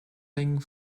thing